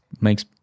makes